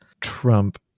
Trump